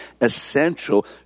essential